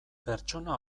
pertsona